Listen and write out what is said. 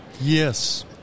Yes